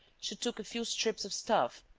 she took a few strips of stuff,